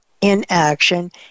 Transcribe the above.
inaction